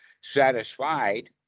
satisfied